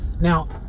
now